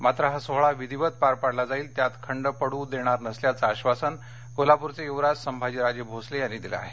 मात्र हा राज्याभिषेक विधिवत पार पडला जाईल त्यात खंड पडू देणार नसल्याचं आश्वासन कोल्हापूरचे युवराज संभाजीराजे भोसले यांनी दिलं आहे